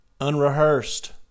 Unrehearsed